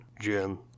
Jim